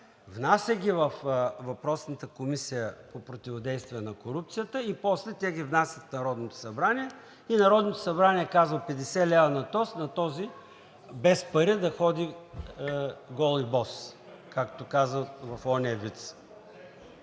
внася ги във въпросната Комисия по противодействие на корупцията и после те ги внасят в Народното събрание. Народното събрание казва: 50 лв. на този, на този без пари, да ходи гол и бос, както се казва в онзи